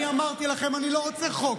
אמרתי לכם, אני לא רוצה חוק,